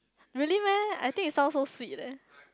really meh I think it sound so sweet leh